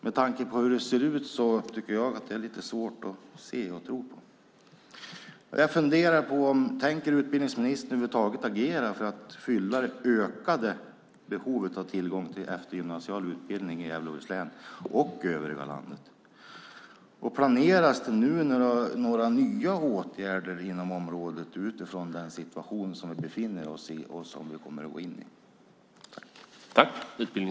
Med tanke på hur det ser ut tycker jag att det är lite svårt att se och tro på. Tänker utbildningsministern över huvud taget agera för att fylla det ökade behovet av tillgång till eftergymnasial utbildning i Gävleborgs län och övriga landet? Planeras det nu några nya åtgärder inom området utifrån den situation vi befinner oss i och som vi kommer att gå in i?